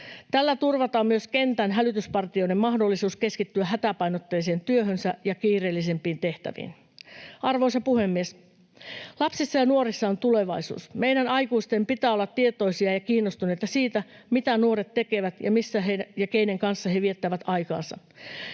Tällä turvataan myös kentän hälytyspartioiden mahdollisuus keskittyä hätäpainotteiseen työhönsä ja kiireellisempiin tehtäviin. Arvoisa puhemies! Lapsissa ja nuorissa on tulevaisuus. Meidän aikuisten pitää olla tietoisia ja kiinnostuneita siitä, mitä nuoret tekevät ja missä ja keiden kanssa he viettävät aikaansa.